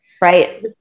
right